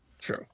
True